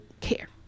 care